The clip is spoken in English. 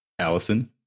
Allison